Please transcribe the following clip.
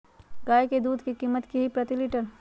गाय के दूध के कीमत की हई प्रति लिटर?